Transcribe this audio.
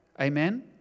Amen